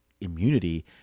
immunity